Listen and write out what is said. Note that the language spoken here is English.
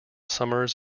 summers